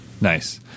nice